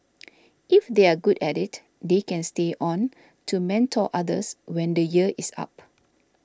if they are good at it they can stay on to mentor others when the year is up